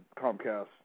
Comcast